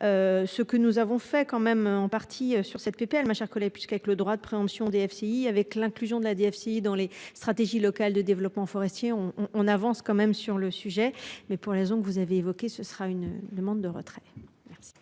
Ce que nous avons fait quand même en partie sur cette PPL ma chère collègue puisqu'avec le droit de préemption DFCI avec l'inclusion de la DFCI dans les stratégies locales de développement forestier on on avance quand même sur le sujet, mais pour les raisons que vous avez évoqué, ce sera une demande de retrait. Merci.